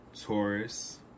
Taurus